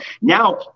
now